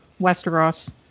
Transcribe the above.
Westeros